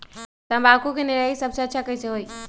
तम्बाकू के निरैया सबसे अच्छा कई से होई?